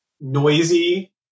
noisy